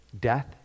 death